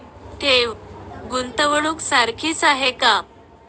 ठेव, गुंतवणूक सारखीच आहे का?